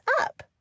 up